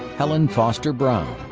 helen foster brown.